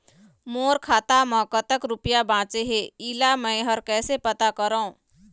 मोर खाता म कतक रुपया बांचे हे, इला मैं हर कैसे पता करों?